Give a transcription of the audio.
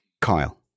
Kyle